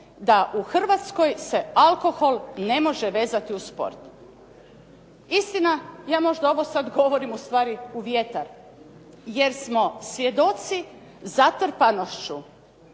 da u Hrvatskoj se alkohol ne može vezati uz sport. Istina, ja možda ovo sad govorim ustvari u vjetar jer smo svjedoci zatrpanošću